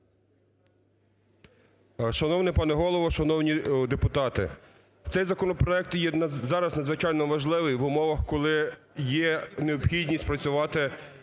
Шановний пане Голово, шановні депутати, цей законопроект є зараз надзвичайно важливий в умовах, коли є необхідність працювати